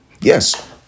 Yes